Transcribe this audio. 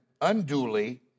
unduly